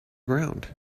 ground